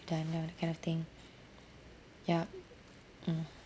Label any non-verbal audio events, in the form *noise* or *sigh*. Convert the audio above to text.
done ya that kind of thing *breath* ya mm